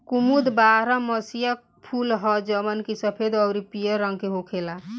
कुमुद बारहमसीया फूल ह जवन की सफेद अउरी पियर रंग के होखेला